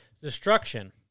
destruction